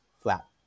flat